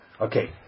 Okay